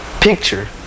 picture